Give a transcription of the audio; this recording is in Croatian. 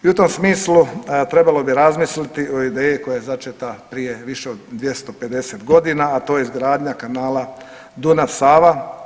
I u tom smislu trebalo bi razmisliti o ideji koja je začeta prije više od 250.g., a to je izgradnja kanala Dunav-Sava.